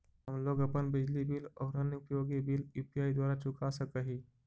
हम लोग अपन बिजली बिल और अन्य उपयोगि बिल यू.पी.आई द्वारा चुका सक ही